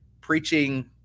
preaching